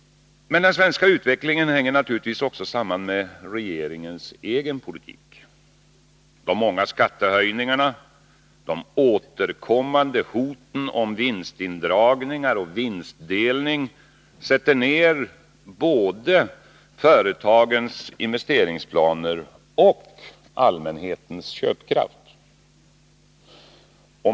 Men den svenska utvecklingen hänger självfallet också samman med regeringens egen politik. De många skattehöjningarna och de återkommande hoten om vinstindragningar och vinstdelning sätter ner både företagens investeringsplaner och allmänhetens köpkraft.